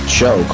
show